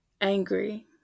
angry